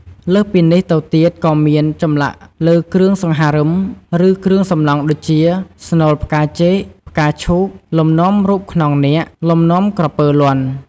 លើសពីនេះទៅទៀតក៏មាន ចម្លាក់លើគ្រឿងសង្ហារឹម ឬគ្រឿងសំណង់ដូចជា ស្នូលផ្កាចេក, ផ្កាឈូក, លំនាំរូបខ្នងនាគ, លំនាំក្រពើលាន់។